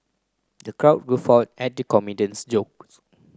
the crowd guffawed at the comedian's jokes